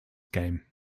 game